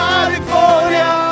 California